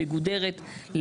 מגודרת,